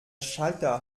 schalter